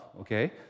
okay